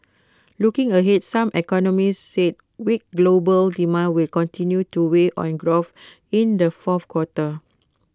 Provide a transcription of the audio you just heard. looking ahead some economists said weak global demand will continue to weigh on growth in the fourth quarter